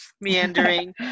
meandering